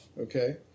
Okay